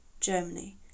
Germany